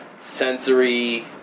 Sensory